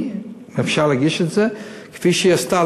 היא תגיש את זה כפי שהיא עשתה,